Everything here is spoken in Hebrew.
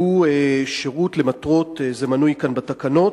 שהוא שירות למטרות, זה מנוי כאן בתקנות,